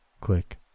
click